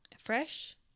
Fresh